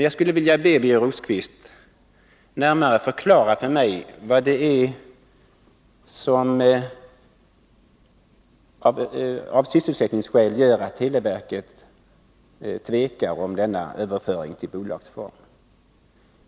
Jag skulle vilja be Birger Rosqvist att närmare förklara för mig vad det är för sysselsättningsskäl som gör att televerket tvekar om denna överföring till bolagsform.